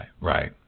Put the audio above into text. Right